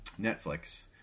Netflix